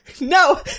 no